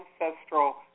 ancestral